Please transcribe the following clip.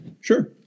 Sure